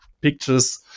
pictures